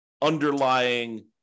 underlying